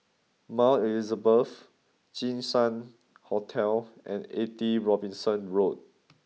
Mount Elizabeth Jinshan Hotel and eighty Robinson Road